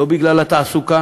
לא בגלל התעסוקה